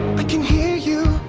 but can hear you,